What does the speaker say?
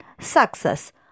success